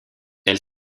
elle